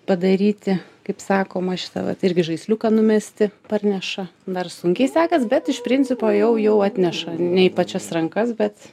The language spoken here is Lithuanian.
padaryti kaip sakoma šitą vat irgi žaisliuką numesti parneša dar sunkiai sekas bet iš principo jau jau atneša ne į pačias rankas bet